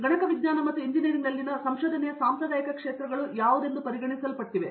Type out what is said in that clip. ಗಣಕ ವಿಜ್ಞಾನ ಮತ್ತು ಎಂಜಿನಿಯರಿಂಗ್ನಲ್ಲಿನ ಸಂಶೋಧನೆಯ ಸಾಂಪ್ರದಾಯಿಕ ಕ್ಷೇತ್ರಗಳು ಯಾವುದೆಂದು ಪರಿಗಣಿಸಲ್ಪಟ್ಟಿವೆ